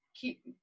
keep